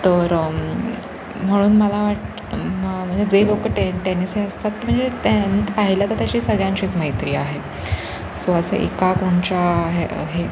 तर म्हणून मला वाट म्हणजे जे लोकं टे टेनिस हे असतात म्हणजे टेन् पाहिलं तर त्याची सगळ्यांशीच मैत्री आहे सो असे एका कोणाच्या हे हे